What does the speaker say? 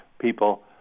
people